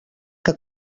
que